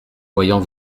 voyant